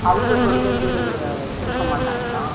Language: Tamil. அவங்க கொண்டு வந்து கொடுக்க மாட்டாங்களா